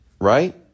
right